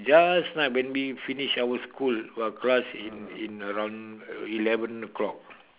just nice when we finish our school our class in in around eleven O clock